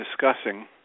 discussing